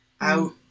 out